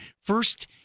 First